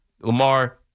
Lamar